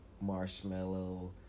marshmallow